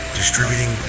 distributing